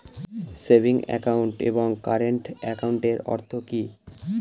Savings account এবং current একাউন্টের অর্থ কি?